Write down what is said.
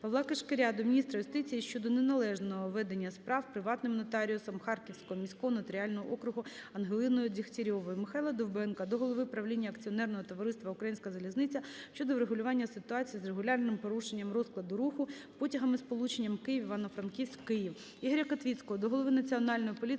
Павла Кишкаря до міністра юстиції щодо неналежного ведення справ приватним нотаріусом Харківського міського нотаріального округу Ангелиною Дєгтярьовою. Михайла Довбенка до голови правління акціонерного товариства "Українська залізниця" щодо врегулювання ситуації з регулярним порушенням розкладу руху потягами сполученням "Київ - Івано-Франківськ - Київ". Ігоря Котвіцького до голови Національної поліції